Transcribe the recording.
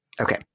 Okay